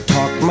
Talk